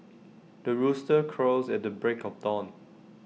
the rooster crows at the break of dawn